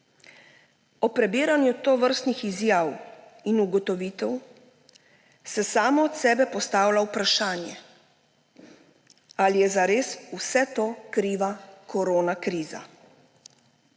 Ob prebiranju tovrstnih izjav in ugotovitev, se samo od sebe postavlja vprašanje, ali je zares za vse to kriva koronakriza.